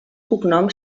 cognom